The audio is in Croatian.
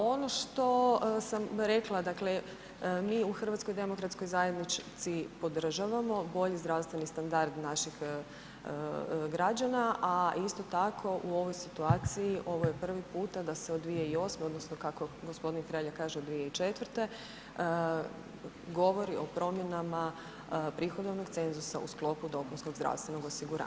Ono što sam rekla, dakle mi u HDZ-u podržavamo bolji zdravstveni standard naših građana, a isto tako u ovoj situaciji ovo je prvi puta da se od 2008. odnosno kako g. Hrelja kaže 2004. govori o promjenama prihodovnog cenzusa u sklopu dopunskog zdravstvenog osiguranja.